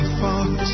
fox